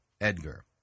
Edgar